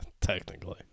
technically